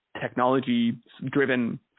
technology-driven